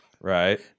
Right